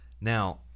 Now